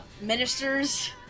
ministers